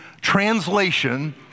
translation